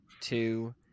Two